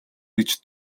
гэж